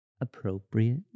appropriate